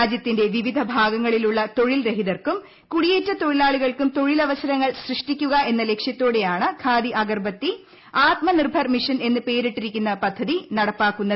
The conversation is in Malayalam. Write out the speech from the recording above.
രാജ്യത്തിന്റെ വിവിധ ഭാഗങ്ങളിലുള്ള തൊഴിൽരഹിതർക്കും കുടിയേറ്റ തൊഴിലാളികൾക്കും തൊഴിലവസരങ്ങൾ സൃഷ്ടിക്കുകയെന്ന ലക്ഷ്യത്തോടെയാണ് ഖാദി അഗർബത്തി ആത്മ നിർഭർ മിഷൻ എന്ന് പേരിട്ടിരിക്കുന്ന പദ്ധതി നടപ്പാക്കുന്നത്